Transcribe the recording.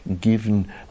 given